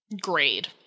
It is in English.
grade